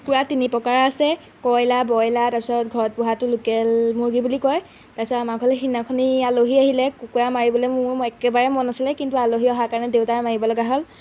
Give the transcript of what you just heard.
কুকুৰা তিনি প্ৰকাৰৰ আছে কইলাৰ বইলাৰ তাৰপিছত ঘৰত পুহাটো লোকেল মুৰ্গী বুলি কয় তাৰপিছত আমাৰ ঘৰলৈ সিদিনাখনি আলহী আহিলে কুকুৰা মাৰিবলৈ মোৰ একেবাৰে মন নাছিলে কিন্তু আলহী অহাৰ কাৰণে দেউতাই মাৰিব লগা হ'ল